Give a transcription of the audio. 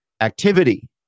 activity